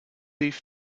leaf